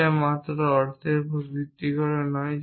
এটা মাত্র অর্থের উপর ভিত্তি করে নয়